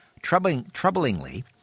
Troublingly